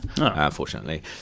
unfortunately